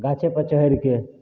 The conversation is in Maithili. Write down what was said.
गाछेपर चहरिके